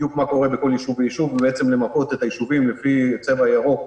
לראות מה קורה בכל יישוב ויישוב ובעצם למפות את היישובים לפי צבע ירוק,